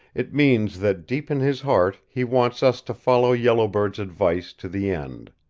it means that deep in his heart he wants us to follow yellow bird's advice to the end.